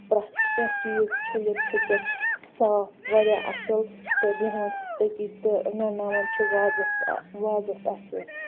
پرٮ۪تھ کیٚنٛہہ چیز چھٔلِتھ چھُکِتھ صاف واریاہ اصٕل تہٕ بیٚہوان چھِس تٔتی تہٕ رنناوان چھِ وازَس وازَس اَتھۍ أسۍ